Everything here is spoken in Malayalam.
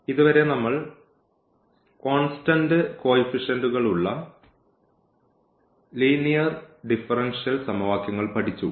ഇതുവരെ നമ്മൾ കോൺസ്റ്റന്റ് കോയിഫിഷ്യന്റ്കൾ ഉള്ള ലീനിയർ ഡിഫറൻഷ്യൽ സമവാക്യങ്ങൾ പഠിച്ചു